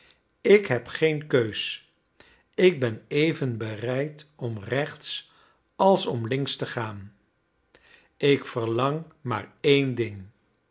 ik heb geen keus ik ben even bereid om rechts als om links te gaan ik verlang maar één ding